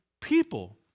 people